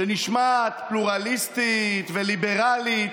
שנשמעת פלורליסטית וליברלית,